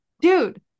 dude